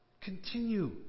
Continue